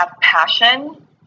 passion